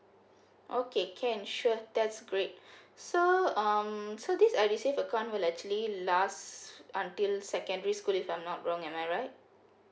okay can sure that's great so um so this edusave account will actually last until secondary school if I'm not wrong am I right